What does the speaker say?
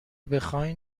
بخواین